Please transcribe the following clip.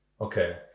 Okay